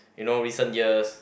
you know recent years